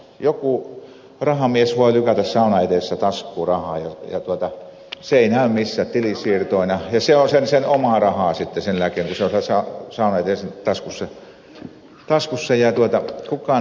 joku rahamies voi lykätä saunan edessä taskuun rahaa ja se ei näy missään tilisiirtoina ja se on sen ehdokkaan omaa rahaa sitten sen jälkeen kun se on taskussa ja kukaan ei sitä tiedä ei näe